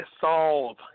solve